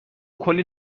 کلی